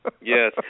Yes